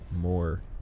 more